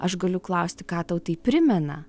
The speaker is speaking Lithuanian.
aš galiu klausti ką tau tai primena